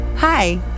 Hi